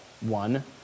one